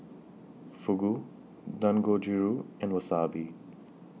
Fugu Dangojiru and Wasabi